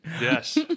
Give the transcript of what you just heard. Yes